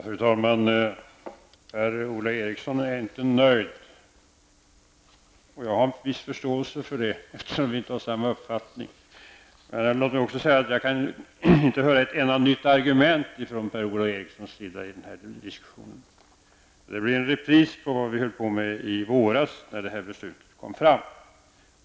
Fru talman! Per-Ola Eriksson är inte nöjd. Jag har viss förståelse för det, eftersom vi inte har samma uppfattning. Låt mig också säga att jag inte kan höra ett enda nytt argument från Per-Ola Eriksson i den här diskussionen. Det blir en repris på vad vi håll på med i våras när beslutet fattades.